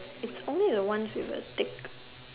its only a once we will take